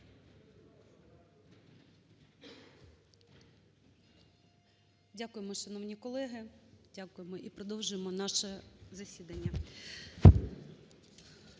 Дякуємо, шановні колеги. Дякуємо. І продовжуємо наше засідання.